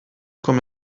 com